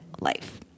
life